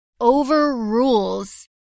overrules